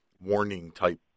warning-type